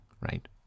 right